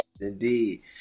indeed